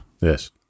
yes